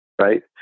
right